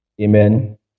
Amen